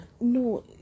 No